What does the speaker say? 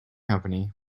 company